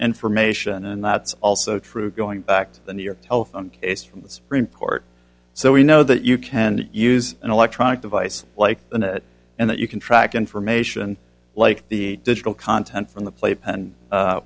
information and that's also true going back to the new york telephone case from the supreme court so we know that you can use an electronic device like that and that you can track information like the digital content from the playpen